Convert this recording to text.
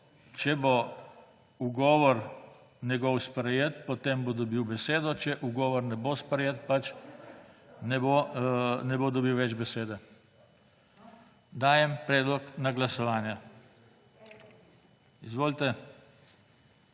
Če bo njegov ugovor sprejet, potem bo dobil besedo, če ugovor ne bo sprejet, pač ne bo dobil več besede. Dajem predlog na glasovanje. Izvolite